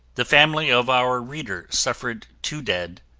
the family of our reader suffered two dead,